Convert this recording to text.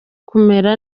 kumera